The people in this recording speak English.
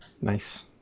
Nice